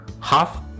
half